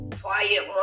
quiet